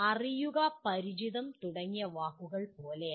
അറിയുക പരിചിതം തുടങ്ങിയ വാക്കുകൾ പോലെയല്ല